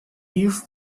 give